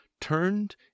turned